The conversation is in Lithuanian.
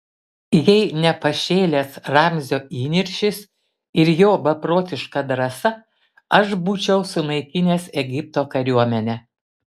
jei ne pašėlęs ramzio įniršis ir jo beprotiška drąsa aš būčiau sunaikinęs egipto kariuomenę